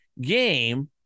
game